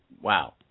wow